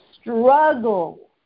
struggle